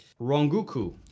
Ronguku